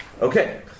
Okay